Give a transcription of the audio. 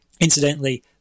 Incidentally